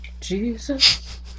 Jesus